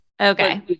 okay